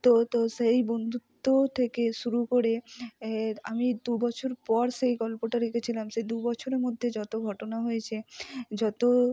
তো তো সেই বন্ধুত্ব থেকে শুরু করে এর আমি দুবছর পর সেই গল্পটা লিখেছিলাম সেই দুবছরের মধ্যে যত ঘটনা হয়েছে যত